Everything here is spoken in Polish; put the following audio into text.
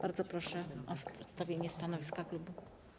Bardzo proszę o przedstawianie stanowiska klubu.